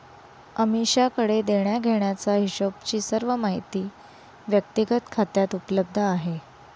अमीषाकडे देण्याघेण्याचा हिशोबची सर्व माहिती व्यक्तिगत खात्यात उपलब्ध आहे